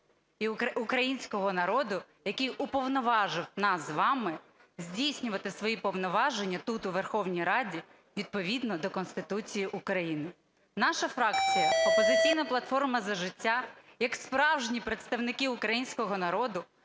українського народу, який уповноважив нас з вами здійснювати свої повноваження тут у Верховній Раді відповідно до Конституції України. Наша фракція, "Опозиційна платформа - За життя", як справжні представники українського народу